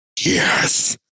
Yes